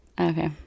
Okay